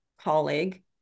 colleague